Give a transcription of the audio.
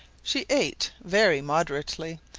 she ate very moderately,